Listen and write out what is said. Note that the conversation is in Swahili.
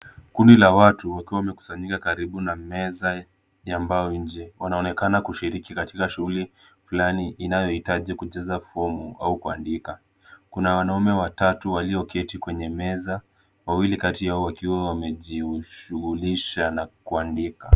Kundi la watu wakiwa wamekusanyika karibu na meza ya mbao nje. Wanaonekana kushiriki katika shughuli fulani inayohitaji kujaza fomu au kuandika. Kuna wanaume watatu walioketi kwenye meza, wawili kati yao wakiwa wamejishughulisha na kuandika.